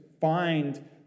find